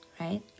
Right